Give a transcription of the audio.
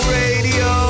radio